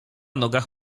nogach